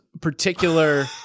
particular